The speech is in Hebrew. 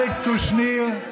אלכס קושניר,